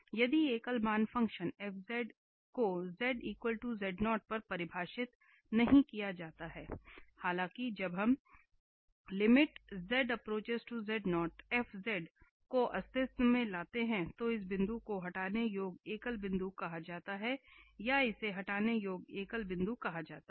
यदि एकल मान फ़ंक्शन f को पर परिभाषित नहीं किया जाता है हालांकि जब हम को अस्तित्व में लेते हैं तो इस बिंदु को हटाने योग्य एकल बिंदु कहा जाता है या इसे हटाने योग्य एकल बिंदु कहा जाता है